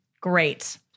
Great